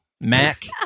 mac